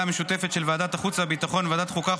המשותפת של ועדת החוץ והביטחון וועדת החוקה,